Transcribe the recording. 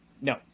No